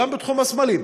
גם בתחום הסמלים,